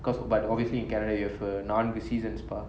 cause you but obviously in canada you have a நான்கு:naanku seasons பா:paa